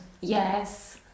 Yes